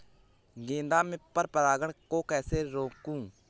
गेंदा में पर परागन को कैसे रोकुं?